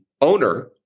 owner